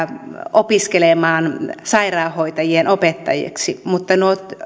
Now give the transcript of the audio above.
opiskelemaan sairaanhoitajien opettajaksi mutta